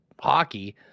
hockey